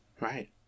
Right